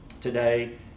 today